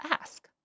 ask